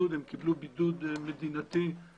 אנחנו מקימים מוסדות ציבור במקומות שצריכים אותנו,